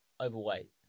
overweight